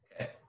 Okay